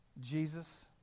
Jesus